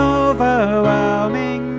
overwhelming